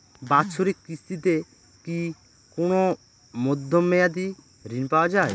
বাৎসরিক কিস্তিতে কি কোন মধ্যমেয়াদি ঋণ পাওয়া যায়?